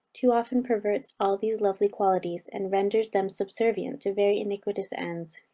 too often perverts all these lovely qualities, and renders them subservient to very iniquitous ends.